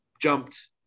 jumped